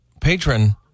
patron